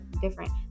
different